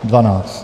12?